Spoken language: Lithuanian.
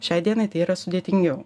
šiai dienai tai yra sudėtingiau